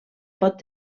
pot